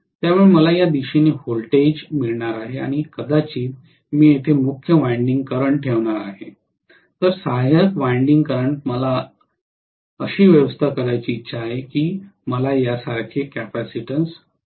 त्यामुळे मला या दिशेने व्होल्टेज मिळणार आहे आणि कदाचित मी येथे मुख्य वायंडिंग करंट ठेवणार आहे तर सहाय्यक वायंडिंग करंट मला अशी व्यवस्था करण्याची इच्छा आहे की मला यासारखे कॅपेसिटन्स मिळेल